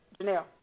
Janelle